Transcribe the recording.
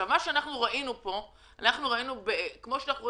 מה שאנחנו ראינו כאן כמו שאנחנו רואים